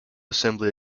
assembly